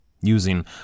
using